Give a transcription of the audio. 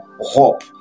hope